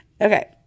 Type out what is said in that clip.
Okay